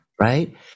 Right